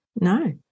No